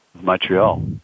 Montreal